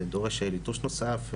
זה דורש ליטוש נוסף,